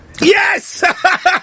yes